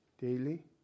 daily